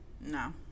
no